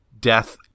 death